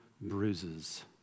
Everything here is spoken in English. bruises